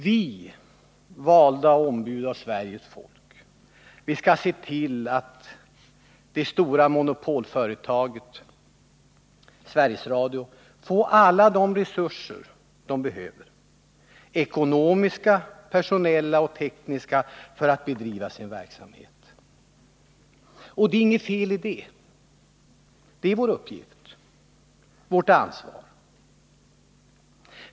Vi som är valda ombud för Sveriges folk skall se till att det stora monopolföretaget Sveriges Radio får alla de resurser som bolaget behöver — ekonomiska, personella och tekniska — för att bedriva sin verksamhet. Och det är inget feli detta. Det är vår uppgift, vårt ansvar.